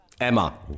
Emma